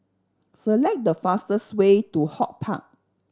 select the fastest way to HortPark